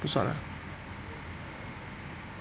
不算 ah